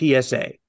PSA